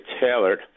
tailored